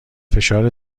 فشار